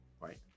right